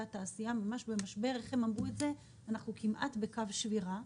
התעשייה הם אמרו: אנחנו כמעט בקו שבירה.